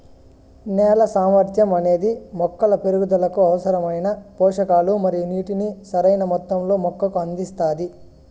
నేల సామర్థ్యం అనేది మొక్కల పెరుగుదలకు అవసరమైన పోషకాలు మరియు నీటిని సరైణ మొత్తంలో మొక్కకు అందిస్తాది